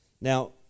Now